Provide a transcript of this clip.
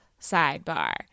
sidebar